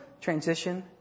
Transition